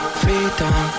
freedom